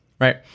Right